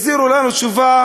החזירו לנו תשובה